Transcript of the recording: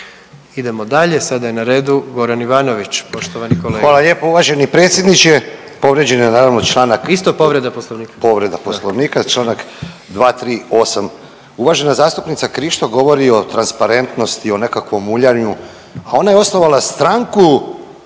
Idemo dalje, sada je na redu Goran Ivanović poštovani kolega.